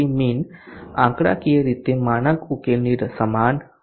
min આંકડાકીય રીતે માનક ઉકેલની સમાન હશે